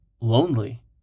lonely